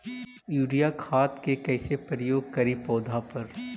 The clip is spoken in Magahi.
यूरिया खाद के कैसे प्रयोग करि पौधा पर?